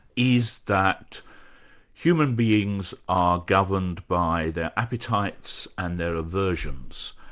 is that human beings are governed by their appetites and their aversions,